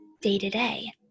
day-to-day